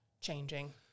changing